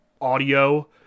audio